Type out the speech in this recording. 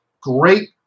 great